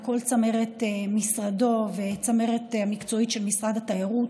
עם כל צמרת משרדו ועם הצמרת המקצועית של משרד התיירות,